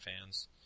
fans